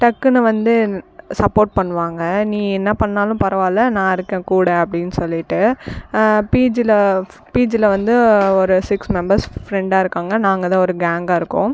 டக்குன்னு வந்து சப்போர்ட் பண்ணுவாங்கள் நீ என்ன பண்ணாலும் பரவாயில்ல நான் இருக்கேன் கூட அப்படின்னு சொல்லிகிட்டு பிஜியில் பிஜியில் வந்து ஒரு சிக்ஸ் மெம்பர்ஸ் ஃப்ரெண்டாக இருக்காங்கள் நாங்கள் தான் ஒரு கேங்காக இருக்கோம்